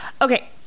Okay